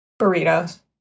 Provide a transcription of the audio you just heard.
Burritos